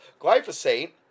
Glyphosate